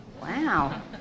wow